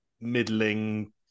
middling